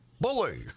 bully